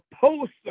post